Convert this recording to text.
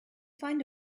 find